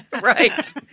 Right